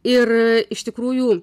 ir iš tikrųjų